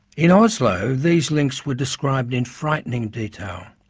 in oslo, these links were described in frightening detail,